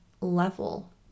level